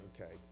Okay